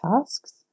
tasks